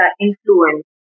influence